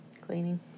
cleaning